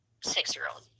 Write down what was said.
six-year-old